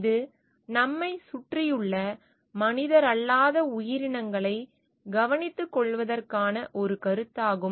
இது நம்மைச் சுற்றியுள்ள மனிதரல்லாத உயிரினங்களை கவனித்துக்கொள்வதற்கான ஒரு கருத்தாகும்